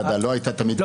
היא לא הייתה תמיד קיימת.